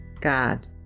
God